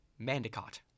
Mandicott